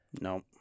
No